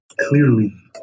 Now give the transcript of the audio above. clearly